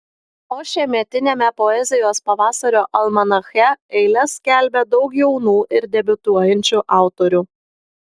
o šiemetiniame poezijos pavasario almanache eiles skelbia daug jaunų ir debiutuojančių autorių